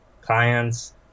clients